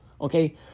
Okay